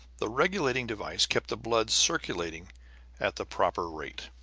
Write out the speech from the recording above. the regulating device kept the blood circulating at the proper rate.